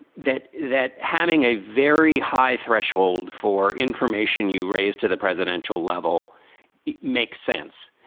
that that having a very high threshold for information you raise to the presidential level makes sense.